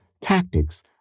tactics